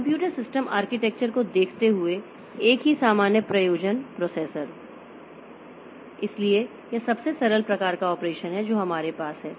computer system architecture को देखते हुए एक ही सामान्य प्रयोजन प्रोसेसर इसलिए यह सबसे सरल प्रकार का ऑपरेशन है जो हमारे पास है